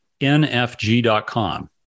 nfg.com